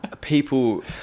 People